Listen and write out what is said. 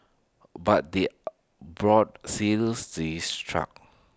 but the borders seals he is truck